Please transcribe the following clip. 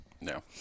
No